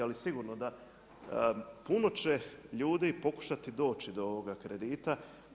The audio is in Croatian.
Ali sigurno da puno će ljudi pokušati doći do ovoga kredita.